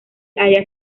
halla